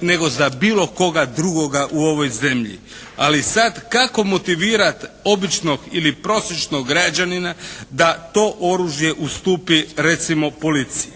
nego za bilo koga drugoga u ovoj zemlji. Ali sad kako motivirati običnog ili prosječnog građanina da to oružje ustupi recimo policiji?